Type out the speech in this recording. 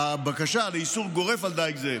הבקשה היא לאיסור גורף על דייג זה,